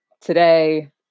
today